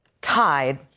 tied